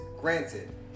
Granted